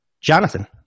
Jonathan